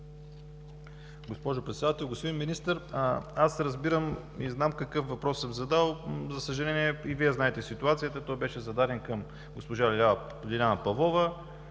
Госпожо Председател! Господин Министър, аз разбирам и знам какъв въпрос съм задал. За съжаление, и Вие знаете ситуацията, той беше зададен към госпожа Лиляна Павлова